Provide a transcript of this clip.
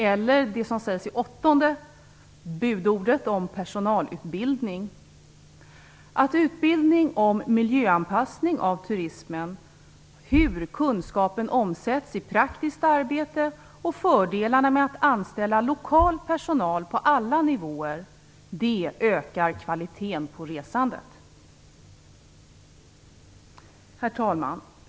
I det åttonde budordet om personalutbildning sägs att utbildning om miljöanpassning av turismen, hur kunskapen omsätts i praktiskt arbete och fördelarna med att anställa lokal personal på alla nivåer, ökar kvaliteten på resandet.